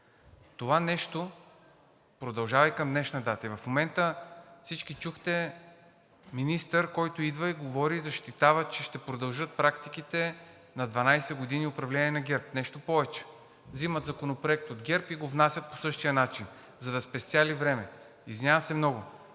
Това нещо продължава и към днешна дата. В момента всички чухте министър, който идва, говори и защитава, че ще продължат практиките на 12 години управление на ГЕРБ. Нещо повече, вземат законопроект от ГЕРБ и го внасят по същия начин, за да спестели време. Извинявам се много,